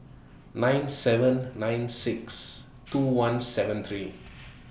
nine seven nine six two one seven three